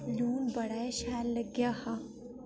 लून बड़ा गै शैल लग्गेआ हा